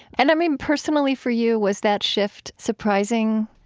and i mean, personally for you, was that shift surprising?